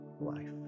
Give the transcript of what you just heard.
life